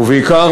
ובעיקר,